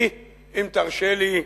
היא, אם תרשה לי,